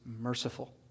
merciful